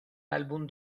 álbum